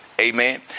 Amen